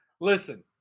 Listen